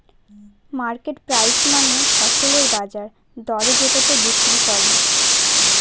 market price মানে ফসলের বাজার দরে যেটাতে বিক্রি করে